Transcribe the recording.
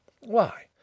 Why